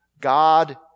God